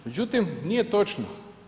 Međutim, nije točno.